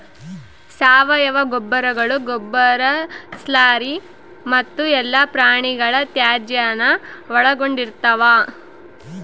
ಸಾವಯವ ಗೊಬ್ಬರಗಳು ಗೊಬ್ಬರ ಸ್ಲರಿ ಮತ್ತು ಎಲ್ಲಾ ಪ್ರಾಣಿಗಳ ತ್ಯಾಜ್ಯಾನ ಒಳಗೊಂಡಿರ್ತವ